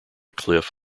cliff